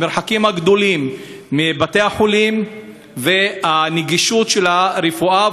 המרחקים הגדולים מבתי-החולים והנגישות של הרפואה,